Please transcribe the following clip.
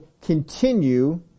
continue